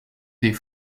des